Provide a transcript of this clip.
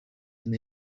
and